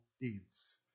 deeds